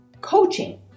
coaching